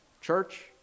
church